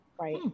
Right